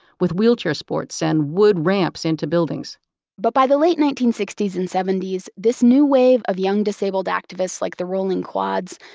with wheelchair sports, and wood ramps into buildings but by the late nineteen sixty s and seventy s, this new wave of young disabled activists like the rolling quads,